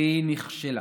והיא נכשלה